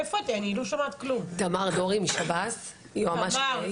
תמר דורי משב"ס, יועמ"ש.